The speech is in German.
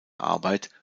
arbeit